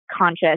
conscious